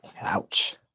Ouch